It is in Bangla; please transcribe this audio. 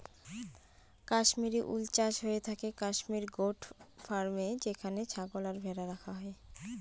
কাশ্মিরী উল চাষ হয়ে থাকে কাশ্মির গোট ফার্মে যেখানে ছাগল আর ভেড়া রাখা হয়